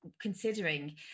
considering